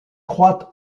croît